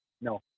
No